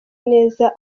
neza